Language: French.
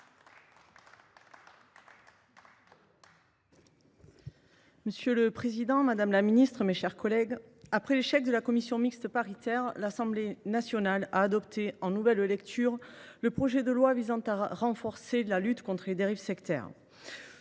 Monsieur le président, madame la secrétaire d’État, mes chers collègues, après l’échec de la commission mixte paritaire, l’Assemblée nationale a adopté, en nouvelle lecture, le projet de loi visant à renforcer la lutte contre les dérives sectaires